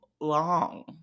long